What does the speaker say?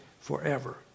forever